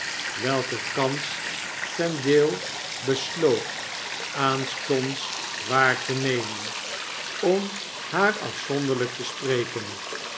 welke kans vendale besloot aanstonds waar te nemen om haar afzonderlp te spreken